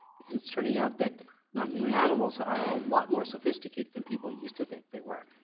because it's turning out that non-human animals are a lot more sophisticated than people used to think they were.